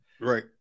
right